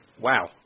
Wow